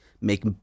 make